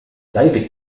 david